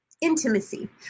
Intimacy